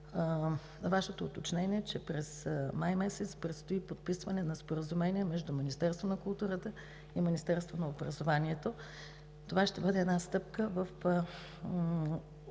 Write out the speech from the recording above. Вашето уточнение, че през май месец предстои подписване на споразумение между Министерството на културата и Министерството на образованието. Това ще бъде една стъпка във